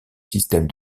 système